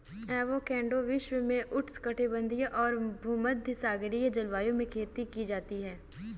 avocado विश्व में उष्णकटिबंधीय और भूमध्यसागरीय जलवायु में खेती की जाती है